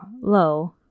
low